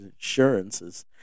insurances